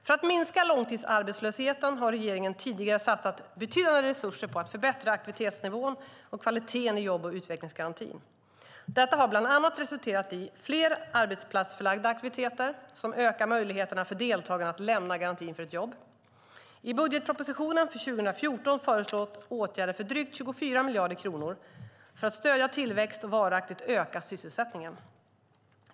För att minska långtidsarbetslösheten har regeringen tidigare satsat betydande resurser på att förbättra aktivitetsnivån och kvaliteten i jobb och utvecklingsgarantin. Detta har bland annat resulterat i fler arbetsplatsförlagda aktiviteter som ökar möjligheterna för deltagarna att lämna garantin för ett jobb. I budgetpropositionen för 2014 föreslås åtgärder för drygt 24 miljarder kronor för att stödja tillväxt och varaktigt öka sysselsättningen.